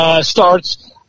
starts